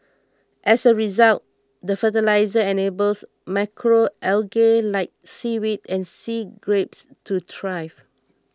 as a result the fertiliser enables macro algae like seaweed and sea grapes to thrive